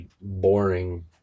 boring